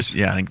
yeah, like